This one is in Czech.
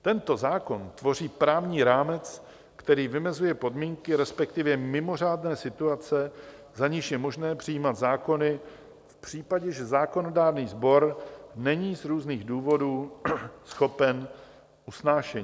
Tento zákon tvoří právní rámec, který vymezuje podmínky, resp. mimořádné situace, za nichž je možné přijímat zákony v případě, že zákonodárný sbor není z různých důvodů schopen usnášení.